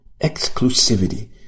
exclusivity